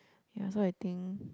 yea so I think